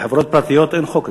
בחברות פרטיות אין חוק כזה.